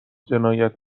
جنایت